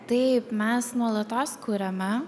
taip mes nuolatos kuriame